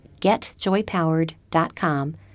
getjoypowered.com